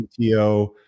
CTO